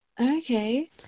Okay